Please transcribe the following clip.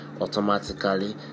automatically